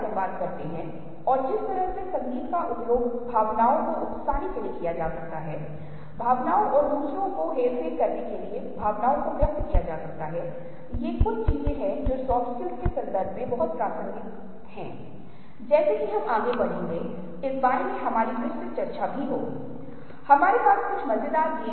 अब यहाँ फॉर्म अनुभूति फिगर ग्राउंड रिलेशनशिप का उदाहरण दिया गया है आप यहाँ एक कार्ट देख सकते हैं इस कार्ट को आप इस परिदृश्य का हिस्सा मान सकते हैं या आप इसे कार्ट पर बैठे हुए दो लोग भी मान सकते हैं आप एक ही चीज की दो अलग अलग व्याख्या कर सकते हैं और यह दिलचस्प है क्योंकि आप देखते हैं कि इससे आगे और पीछे की जमीन और बैकग्राउंड के बीच स्विच होता है हमने थोड़ी देर पहले बात की थी